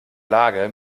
lage